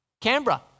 Canberra